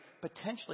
potentially